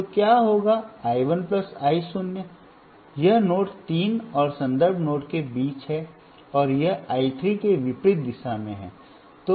तो क्या होगा I १ I ० यह नोड ३ और संदर्भ नोड के बीच है और यह I ३ के विपरीत दिशा में है